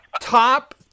top